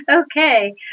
Okay